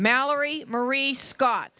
mallory marie scott